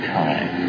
time